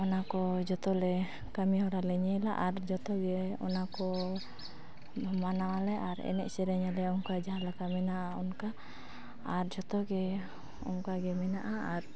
ᱚᱱᱟ ᱠᱚ ᱡᱚᱛᱚᱞᱮ ᱠᱟᱹᱢᱤ ᱦᱚᱨᱟᱞᱮ ᱧᱮᱞᱟ ᱟᱨ ᱡᱚᱛᱚ ᱜᱮ ᱚᱱᱟᱠᱚ ᱢᱟᱱᱟᱣ ᱟᱞᱮ ᱟᱨ ᱮᱱᱮᱡ ᱥᱮᱨᱮᱧ ᱟᱞᱮ ᱚᱱᱠᱟ ᱡᱟᱦᱟᱸ ᱞᱮᱠᱟ ᱢᱮᱱᱟᱜᱼᱟ ᱚᱱᱠᱟ ᱟᱨ ᱡᱚᱛᱚ ᱜᱮ ᱚᱱᱠᱟ ᱜᱮ ᱢᱮᱱᱟᱜᱼᱟ ᱟᱨ